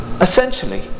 essentially